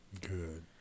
Good